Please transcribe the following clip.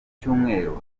cyumweru